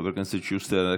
חבר הכנסת שוסטר.